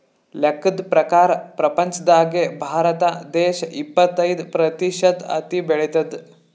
ಲೆಕ್ಕದ್ ಪ್ರಕಾರ್ ಪ್ರಪಂಚ್ದಾಗೆ ಭಾರತ ದೇಶ್ ಇಪ್ಪತ್ತೈದ್ ಪ್ರತಿಷತ್ ಹತ್ತಿ ಬೆಳಿತದ್